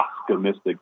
optimistic